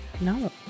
No